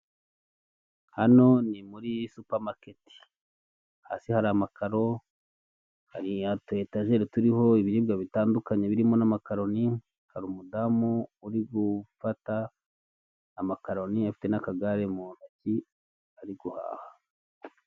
Hano ni muri supamaketi, hasi hari amakaro, hari utuyetajeri turiho ibiribwa bitandukanye birimo n'amakaroni, hari umudamu uri gufata amakaroni, afite n'akagare mu ntoki, ari guhaha.